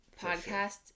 podcast